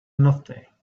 nothing